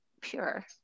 pure